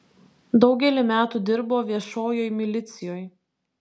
daugelį metų dirbo viešojoj milicijoj